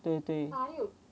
对对